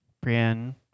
Brienne